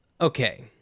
okay